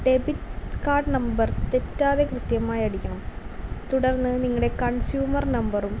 debit card number തെറ്റാതെ കൃത്യമായി അടിക്കണം തുടർന്ന് നിങ്ങളുടെ കൺസ്യൂമർ നമ്പറും